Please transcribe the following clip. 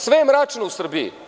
Sve je mračno u Srbiji.